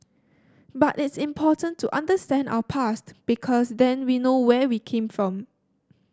but it's important to understand our past because then we know where we came from